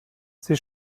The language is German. sie